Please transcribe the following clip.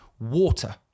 Water